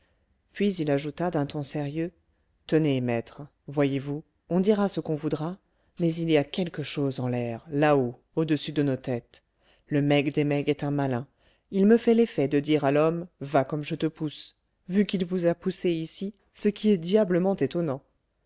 puis il ajouta d'un ton sérieux tenez maître voyez-vous on dira ce qu'on voudra mais il y a quelque chose en l'air là-haut au-dessus de nos têtes le meg des megs est un malin il me fait l'effet de dire à l'homme va comme je te pousse vu qu'il vous a poussé ici ce qui est diablement étonnant